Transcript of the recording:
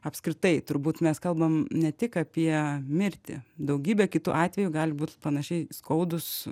apskritai turbūt mes kalbam ne tik apie mirtį daugybė kitų atvejų gali būt panašiai skaudūs